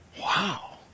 Wow